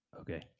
Okay